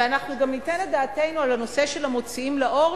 ואנחנו גם ניתן את דעתנו על הנושא של המוציאים לאור,